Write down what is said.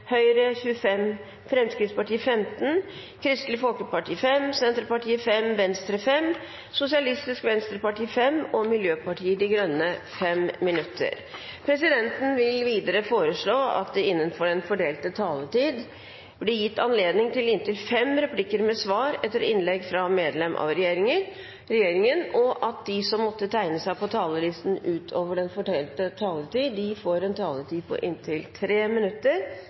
Høyre 25 minutter, Fremskrittspartiet 15 minutter, Kristelig Folkeparti 5 minutter, Senterpartiet 5 minutter, Venstre 5 minutter, Sosialistisk Venstreparti 5 minutter og Miljøpartiet De Grønne 5 minutter. Videre vil presidenten foreslå at det blir gitt anledning til replikkordskifte på inntil fem replikker med svar etter innlegg fra medlem av regjeringen innenfor den fordelte taletid, og at de som måtte tegne seg på talerlisten utover den fordelte taletid, får en taletid på inntil 3 minutter.